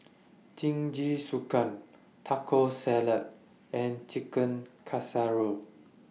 Jingisukan Taco Salad and Chicken Casserole